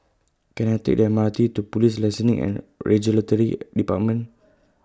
Can I Take The M R T to Police Licensing and Regulatory department